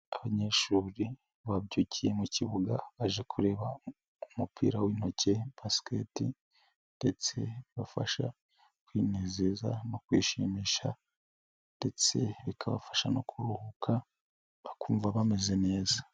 Abanyeshuri babyukiye mu kibuga baje kureba umupira w'intoki Basket, ndetse ibafasha kwinezeza no kwishimisha ndetse bikabafasha no kuruhuka bakumva bameze neza.